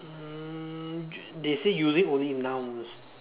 mm they say using only nouns